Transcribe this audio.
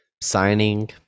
signing